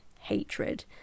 hatred